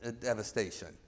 devastation